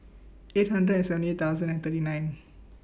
eight hundred and seventy thousand and thirty nine